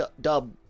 dub